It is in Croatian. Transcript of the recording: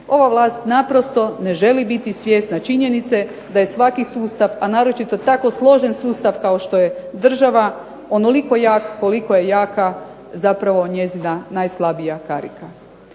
Ova vlast naprosto ne želi biti svjesna činjenica da je svaki sustav a naročito tako složen sustav kao što je država, onoliko jak koliko je jaka zapravo njezina najslabija karika.